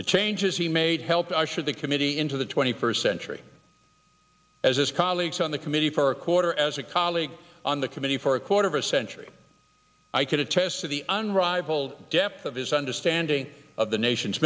the changes he made helped usher the committee into the twenty first century as his colleagues on the committee for a quarter as a colleague on the committee for a quarter of a century i could attest to the unrivaled depth of his understanding of the nation